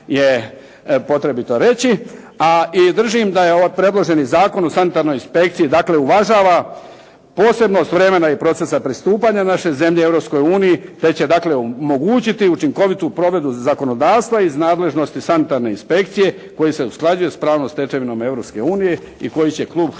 je potrebito reći, a i držim da je ovaj predloženi Zakon o sanitarnoj inspekciji dakle uvažava posebnost vremena i procesa pristupanja naše zemlje Europskoj uniji te će dakle omogućiti učinkovitu provedbu zakonodavstva iz nadležnosti sanitarne inspekcije koji se usklađuje s pravnom stečevinom Europske unije i